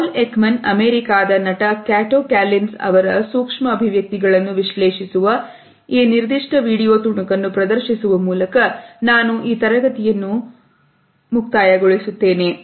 Paul Ekman ಅಮೇರಿಕಾದ ನಟ Kato Kaelin ಅವರ ಸೂಕ್ಷ್ಮ ಅಭಿವ್ಯಕ್ತಿಗಳನ್ನು ವಿಶ್ಲೇಷಿಸುವ ಈ ನಿರ್ದಿಷ್ಟ ವಿಡಿಯೋ ತುಣುಕನ್ನು ಪ್ರದರ್ಶಿಸುವ ಮೂಲಕ ನಾನು ಈ ತರಗತಿಯನ್ನು ಕಳಿಸುತ್ತೇನೆ